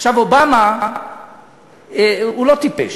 עכשיו, אובמה הוא לא טיפש,